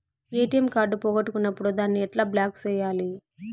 ATM card పోగొట్టుకున్నప్పుడు దాన్ని ఎట్లా బ్లాక్ సేయాలి